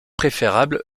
préférable